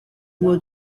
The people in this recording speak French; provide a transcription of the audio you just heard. mois